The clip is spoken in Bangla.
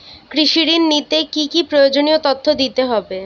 কৃষি ঋণ নিতে কি কি প্রয়োজনীয় তথ্য দিতে হবে?